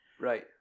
Right